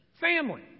family